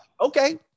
okay